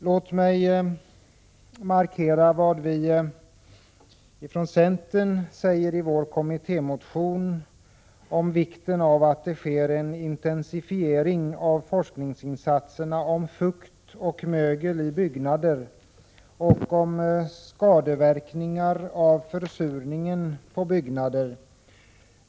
Låt mig markera vad vi från centern säger i vår kommittémotion om vikten av att det sker en intensifiering av forskningsinsatserna om fukt och mögel i byggnader och om skadeverkningar av försurningen på byggnader.